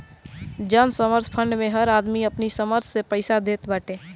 जनसहयोग फंड मे हर आदमी अपनी सामर्थ्य से पईसा देत बाटे